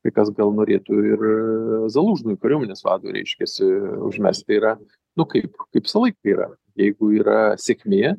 kai kas gal norėtų ir zalūžnui kariuomenės vadui reiškiasi užmest tai yra nu kaip kaip visą laiką yra jeigu yra sėkmė